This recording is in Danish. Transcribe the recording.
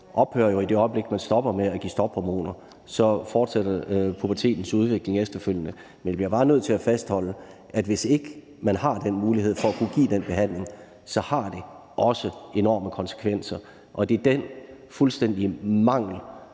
ophører jo i det øjeblik, man stopper med at give stophormoner, og så fortsætter pubertetens udvikling efterfølgende. Men jeg bliver bare nødt til at fastholde, at hvis ikke man har den mulighed for at kunne give den behandling, så har det også enorme konsekvenser, og det er den fuldstændige mangel